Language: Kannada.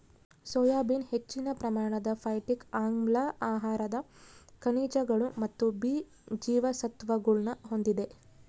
ಸೋಯಾ ಬೀನ್ಸ್ ಹೆಚ್ಚಿನ ಪ್ರಮಾಣದ ಫೈಟಿಕ್ ಆಮ್ಲ ಆಹಾರದ ಖನಿಜಗಳು ಮತ್ತು ಬಿ ಜೀವಸತ್ವಗುಳ್ನ ಹೊಂದಿದೆ